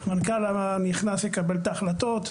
המנכ"ל הנכנס יקבל את ההחלטות.